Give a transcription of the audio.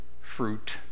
fruit